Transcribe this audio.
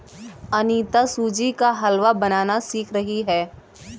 अनीता सूजी का हलवा बनाना सीख रही है